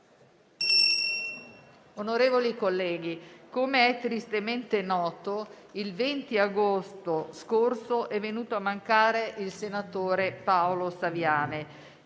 Onorevoli colleghi, come è tristemente noto, il 20 agosto scorso è venuto a mancare il senatore Paolo Saviane.